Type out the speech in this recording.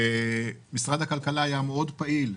משרד הכלכלה היה מאוד פעיל,